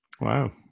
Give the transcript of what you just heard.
wow